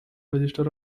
register